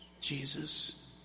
Jesus